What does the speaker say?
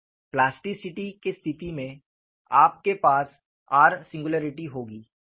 plasticity की स्थिति में आपके पास r सिंगुलैरिटी होगी